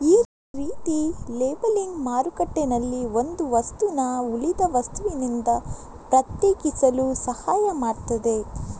ಈ ರೀತಿಯ ಲೇಬಲಿಂಗ್ ಮಾರುಕಟ್ಟೆನಲ್ಲಿ ಒಂದು ವಸ್ತುನ ಉಳಿದ ವಸ್ತುನಿಂದ ಪ್ರತ್ಯೇಕಿಸಲು ಸಹಾಯ ಮಾಡ್ತದೆ